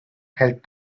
had